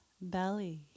belly